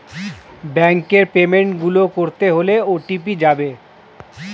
ব্যাংকের পেমেন্ট গুলো করতে হলে ও.টি.পি যাবে